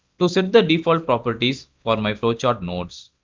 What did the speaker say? to set the default properties for my flow chart nodes.